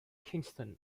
kingston